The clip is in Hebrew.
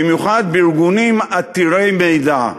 במיוחד בארגונים עתירי מידע.